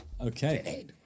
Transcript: Okay